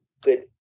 good